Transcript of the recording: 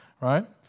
right